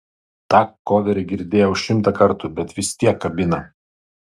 tą koverį girdėjau šimtą kartų bet vis tiek kabina